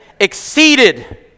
exceeded